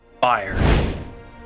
Fire